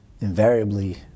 invariably